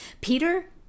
peter